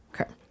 okay